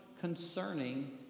concerning